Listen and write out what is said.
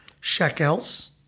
shekels